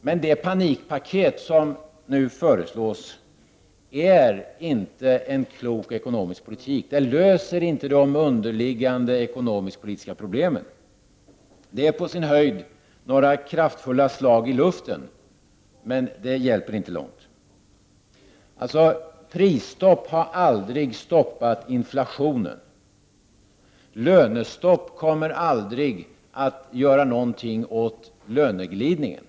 Men det panikpaket som nu föreslås är inte en klok ekonomisk politik. Det löser inte de underliggande ekonomisk-politiska problemen. Det är på sin höjd några kraftfulla slag i luften, men det hjälper inte långt. Prisstopp har aldrig stoppat inflationen. Lönestopp kommer aldrig att göra någonting åt löneglidningen.